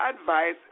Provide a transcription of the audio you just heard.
advice